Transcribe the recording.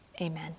amen